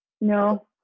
No